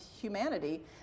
humanity